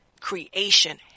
creation